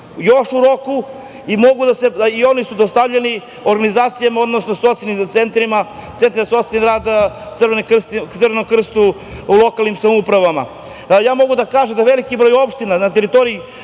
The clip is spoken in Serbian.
još u roku i oni su dostavljeni organizacijama, odnosno socijalnim centrima, centrima za socijalni rad, Crvenom Krstu i lokalnim samoupravama. Ja mogu da kažem da veliki broj opština, na teritoriji